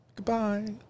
Goodbye